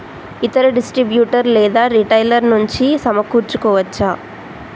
ఇతర డిస్ట్రిబ్యూటర్ లేదా రిటైలర్ నుండి సమకూర్చుకోవచ్చా?